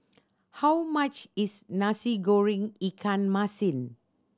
how much is Nasi Goreng ikan masin